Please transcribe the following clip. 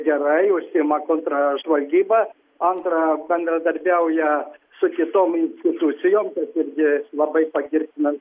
gerai užsiima kontražvalgyba antra bendradarbiauja su kitom institucijom tas irgi labai pagirtinas